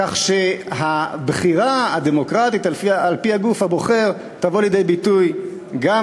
כך שהבחירה הדמוקרטית על-פי הגוף הבוחר תבוא לידי ביטוי גם